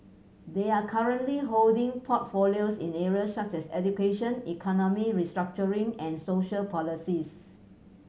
they are currently holding portfolios in area such as education economic restructuring and social policies